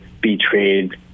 betrayed